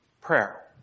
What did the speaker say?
prayer